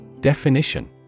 Definition